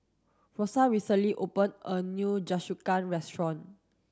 rosa recently open a new Jingisukan restaurant